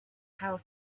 how